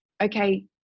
okay